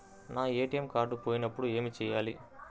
నా ATM card పోయినప్పుడు ఏమి చేయాలి?